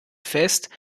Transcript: fest